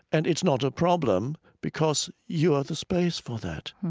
and it's not a problem because you are the space for that.